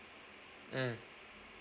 mm